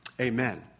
Amen